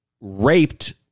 raped